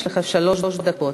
יש לך שלוש דקות.